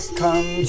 come